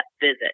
visit